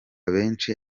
benshi